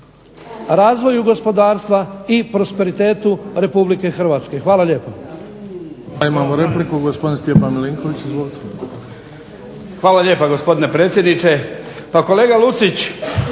razvoju gospodarstva i prosperitetu Republike Hrvatske. Hvala lijepa.